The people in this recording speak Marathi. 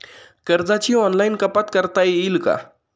कर्जाची ऑनलाईन कपात करता येईल का?